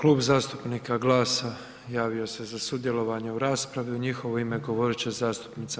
Klub zastupnika GLAS-a javio se za sudjelovanje u raspravi, u njihovo ime govorit će zastupnica